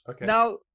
Now